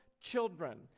children